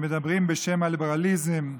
שמדברים בשם הליברליזם,